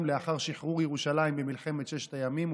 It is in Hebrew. לאחר שחרור ירושלים במלחמת ששת הימים.